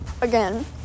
Again